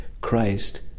Christ